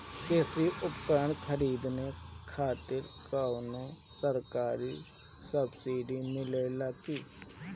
कृषी उपकरण खरीदे खातिर कउनो सरकारी सब्सीडी मिलेला की?